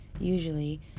usually